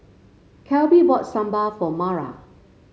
Kelby bought Sambar for Mara